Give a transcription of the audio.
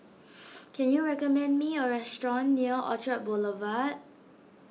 can you recommend me a restaurant near Orchard Boulevard